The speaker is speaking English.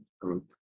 group